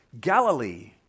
Galilee